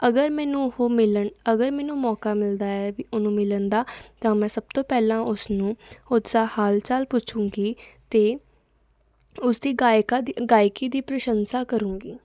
ਅਗਰ ਮੈਨੂੰ ਉਹ ਮਿਲਣ ਅਗਰ ਮੈਨੂੰ ਮੌਕਾ ਮਿਲਦਾ ਹੈ ਵੀ ਉਹਨੂੰ ਮਿਲਣ ਦਾ ਤਾਂ ਮੈਂ ਸਭ ਤੋਂ ਪਹਿਲਾਂ ਉਸਨੂੰ ਉਸਦਾ ਹਾਲ ਚਾਲ ਪੁੱਛਾਂਗੀ ਅਤੇ ਉਸਦੀ ਗਾਇਕਾ ਦੀ ਗਾਇਕੀ ਦੀ ਪ੍ਰਸ਼ੰਸਾ ਕਰਾਂਗੀ